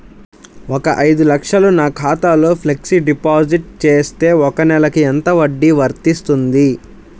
ఒక ఐదు లక్షలు నా ఖాతాలో ఫ్లెక్సీ డిపాజిట్ చేస్తే ఒక నెలకి ఎంత వడ్డీ వర్తిస్తుంది?